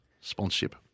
sponsorship